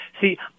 See –